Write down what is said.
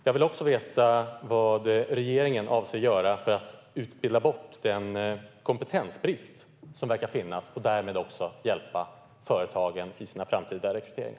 Jag vill också veta vad regeringen avser att göra för att utbilda bort den kompetensbrist som verkar finnas och därigenom hjälpa företagen i sina framtida rekryteringar.